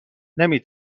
نمی